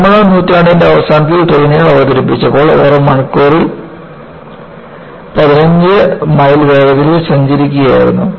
പത്തൊൻപതാം നൂറ്റാണ്ടിന്റെ അവസാനത്തിൽ ട്രെയിനുകൾ അവതരിപ്പിച്ചപ്പോൾ അവ മണിക്കൂറിൽ 15 മൈൽ വേഗതയിൽ സഞ്ചരിക്കുകയായിരുന്നു